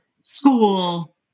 school